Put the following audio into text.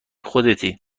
خودتی